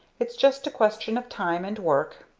it's just a question of time and work.